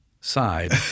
Side